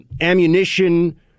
ammunition